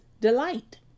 delight